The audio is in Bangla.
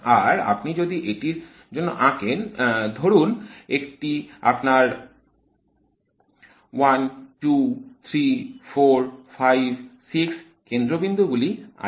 আর আপনি যদি এটির জন্য আঁকেন ধরুন এটির আপনার 1 2 3 4 5 6 কেন্দ্রবিন্দু গুলি আছে